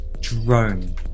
drone